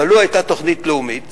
אבל, לו היתה תוכנית לאומית